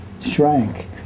shrank